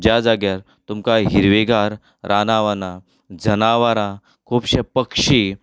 ज्या जाग्यार तुमकां हिरवीगार रानां वनां जनवरां खुबशे पक्षी